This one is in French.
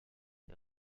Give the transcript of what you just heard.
les